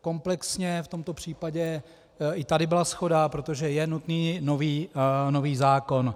Komplexně v tomto případě i tady byla shoda, protože je nutný nový zákon.